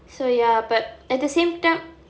so ya but at the same time